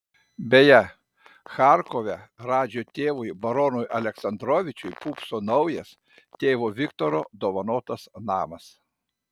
beje charkove radžio tėvui baronui aleksandrovičiui pūpso naujas tėvo viktoro dovanotas namas